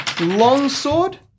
Longsword